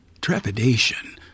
trepidation